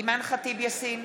אימאן ח'טיב יאסין,